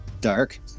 dark